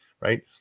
right